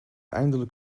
eindelijk